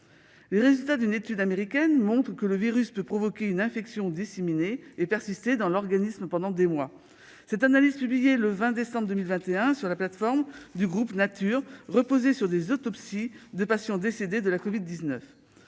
Les résultats d'une étude américaine montrent que le virus peut provoquer une infection disséminée et persister dans l'organisme pendant des mois. Publiée le 20 décembre 2021 sur la plateforme du groupe Nature, cette analyse repose sur l'autopsie de patients décédés de la covid-19.